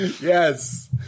Yes